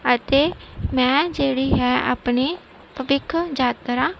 ਅਤੇ ਮੈਂ ਜਿਹੜੀ ਹੈ ਆਪਣੀ ਭਵਿੱਖ ਯਾਤਰਾ